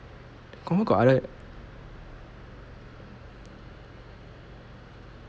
confirm got other